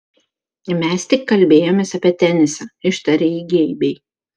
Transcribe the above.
mes tik kalbėjomės apie tenisą ištarė ji geibiai